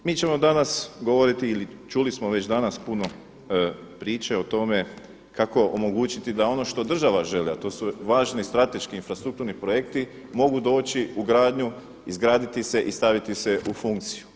Mi ćemo danas govoriti ili čuli smo već danas puno priče o tome kako omogućiti da ono što država želi, a to su važni strateški infrastrukturni projekti mogu doći u gradnju, izgraditi se i staviti se u funkciju.